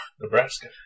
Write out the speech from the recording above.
Nebraska